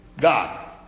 God